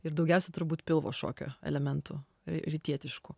ir daugiausiai turbūt pilvo šokio elementų ri rytietiškų